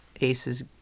Aces